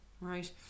Right